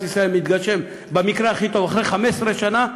ישראל מתגשם במקרה הכי טוב אחרי 15 שנה,